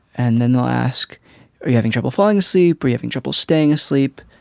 and then i ask are you having trouble falling asleep or having trouble staying asleep.